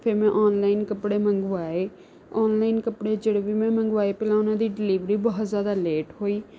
ਫਿਰ ਮੈਂ ਔਨਲਾਇਨ ਕੱਪੜੇ ਮੰਗਵਾਏ ਔਨਲਾਇਨ ਕੱਪੜੇ ਜਿਹੜੇ ਵੀ ਮੈਂ ਮੰਗਵਾਏ ਪਹਿਲਾਂ ਉਨ੍ਹਾਂ ਦੀ ਡਿਲੀਵਰੀ ਬਹੁਤ ਜ਼ਿਆਦਾ ਲੇਟ ਹੋਈ